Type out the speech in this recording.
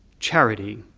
charity,